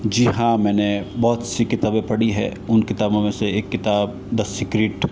जी हाँ मैंने बहुत सी किताबें पढ़ी हैं उन किताबों मे से एक किताब द सीक्रेट